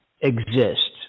exist